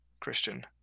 Christian